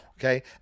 Okay